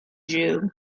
jew